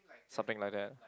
something like that